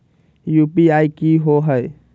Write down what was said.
UPI कि होअ हई?